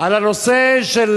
על הנושא של